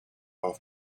off